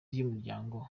ry’umuryango